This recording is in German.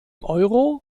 euro